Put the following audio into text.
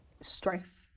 stress